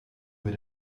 mir